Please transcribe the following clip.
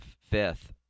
fifth